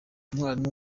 umwarimu